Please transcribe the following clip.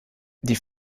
die